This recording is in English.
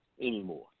anymore